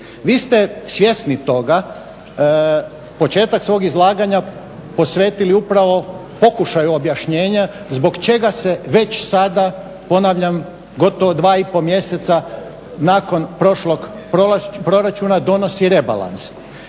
Vi ste svjesni toga, početak svog izlaganja posvetili upravo pokušaju objašnjena zbog čega se već sada, ponavljam gotovo 2 i pol mjeseca nakon prošlog proračuna donosi rebalans.